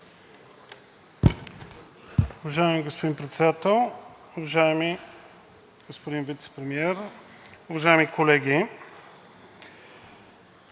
Уважаеми господин Председател, уважаеми господин Вицепремиер, уважаеми колеги!